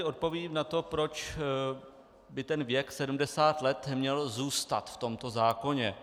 Odpovím na to, proč by ten věk 70 let měl zůstat v tomto zákoně.